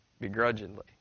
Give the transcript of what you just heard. begrudgingly